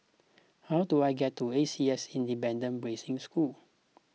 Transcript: how do I get to A C S Independent Boarding School